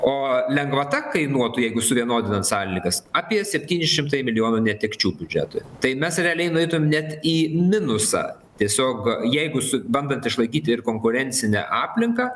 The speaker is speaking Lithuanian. o lengvata kainuotų jeigu suvienodinant sąlygas apie septyni šimtai milijonų netekčių biudžetui tai mes realiai nueitum net į minusą tiesiog jeigu su bandant išlaikyti ir konkurencinę aplinką